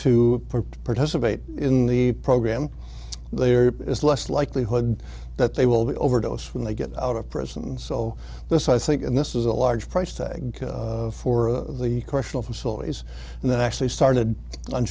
to participate in the program there is less likelihood that they will be overdose when they get out of prison so this i think and this is a large price tag for the question of facilities that actually started on